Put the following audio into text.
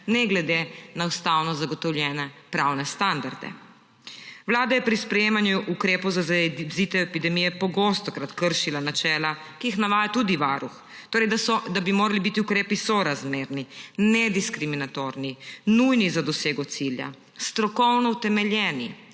ne glede na ustavno zagotovljene pravne standarde. Vlada je pri sprejemanju ukrepov za zajezitev epidemije pogostokrat kršila načela, ki jih navaja tudi Varuh, torej da bi morali biti ukrepi sorazmerni, nediskriminatorni, nujni za dosego cilja, strokovno utemeljeni,